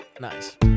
Nice